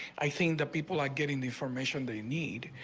i think the people like getting the information they need.